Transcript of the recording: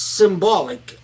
symbolic